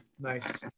Nice